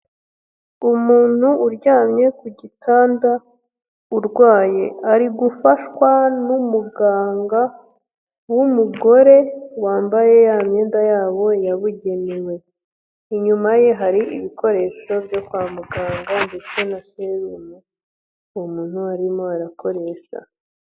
Umuntu uryamye ku gitanda urwaye. Ari gufashwa n'umuganga w'umugore wambaye ya myenda yabo yabugenewe. Inyuma ye hari ibikoresho byo kwa muganga ndetse na serumu uwo muntu arimo arakoresha.